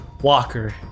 Walker